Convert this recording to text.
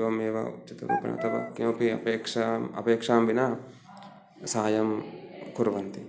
एवमेव उचितरूपेण किमपि अपेक्षाम् अपेक्षां विना साहाय्यं कुर्वन्ति